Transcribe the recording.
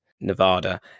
nevada